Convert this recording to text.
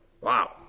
Wow